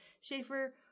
Schaefer